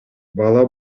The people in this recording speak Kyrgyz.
бала